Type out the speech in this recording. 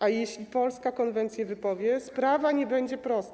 A jeśli Polska konwencję wypowie, sprawa nie będzie prosta.